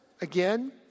again